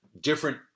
different